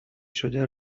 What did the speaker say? شده